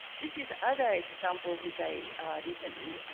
this is other example which i recently ah